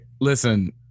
listen